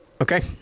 Okay